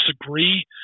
disagree